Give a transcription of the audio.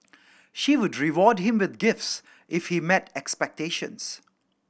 she would reward him with gifts if he met expectations